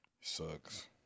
Sucks